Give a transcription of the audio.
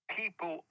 people